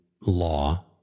law